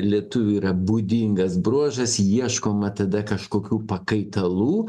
lietuvių yra būdingas bruožas ieškoma tada kažkokių pakaitalų